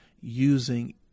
using